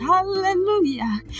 Hallelujah